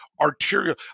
arterial